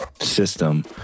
system